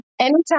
anytime